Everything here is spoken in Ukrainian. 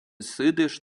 сидиш